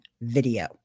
video